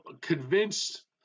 convinced